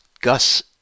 Gus